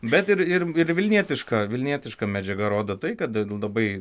bet ir ir ir vilnietiška vilnietiška medžiaga rodo tai kad labai